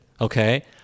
okay